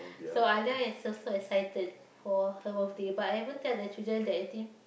so Alia so excited for her birthday but I haven't tell the children that eighteen